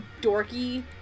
dorky